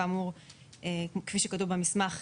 כפי שכתוב במסמך,